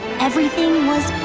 everything was